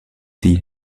sie